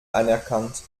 anerkannt